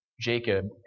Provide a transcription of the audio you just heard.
Jacob